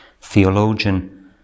theologian